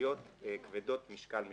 תקציביות כבדות משקל מבחינתנו,